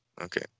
Okay